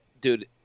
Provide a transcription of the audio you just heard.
dude